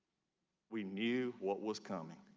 we knew what was coming.